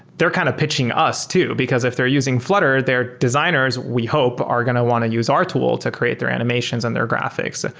they're kind of pitching us too, because if they're using flutter, their designers we hope, are going to want to use our tool to create their animations and their graphics. ah